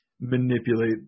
manipulate